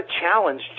challenge